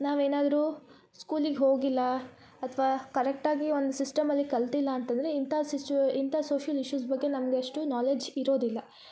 ನಾವು ಏನಾದರು ಸ್ಕೂಲಿಗ ಹೋಗಿಲ್ಲ ಅಥ್ವ ಕರೆಕ್ಟಾಗಿ ಒಂದು ಸಿಸ್ಟಮ್ ಅಲ್ಲಿ ಕಲ್ತಿಲ್ಲ ಅಂತಂದರೆ ಇಂಥ ಸಿಚು ಇಂಥ ಸೋಷಿಯಲ್ ಇಶ್ಯುಸ್ ಬಗ್ಗೆ ನಮಗೆ ಅಷ್ಟು ನಾಲೇಜ್ ಇರೋದಿಲ್ಲ